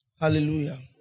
Hallelujah